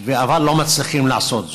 אבל לא מצליחים לעשות זאת,